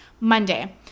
Monday